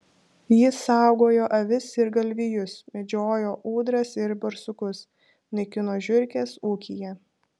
jis saugojo avis ir galvijus medžiojo ūdras ir barsukus naikino žiurkes ūkyje